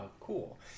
cool